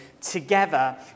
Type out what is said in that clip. together